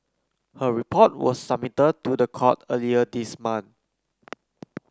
her report was submitted to the court earlier this month